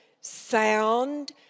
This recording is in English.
sound